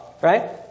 right